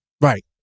Right